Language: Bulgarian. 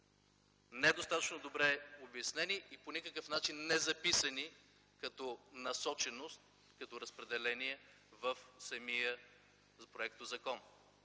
Недостатъчно добре обяснени и по никакъв начин незаписани като насоченост, като разпределение в самия проектозакон.